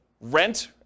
rent